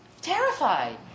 terrified